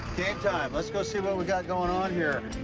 time. let's go see what we got going on here.